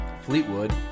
Fleetwood